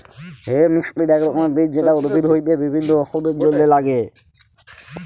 hemp seed এক রকমের বীজ যেটা উদ্ভিদ হইতে বিভিল্য ওষুধের জলহে লাগ্যে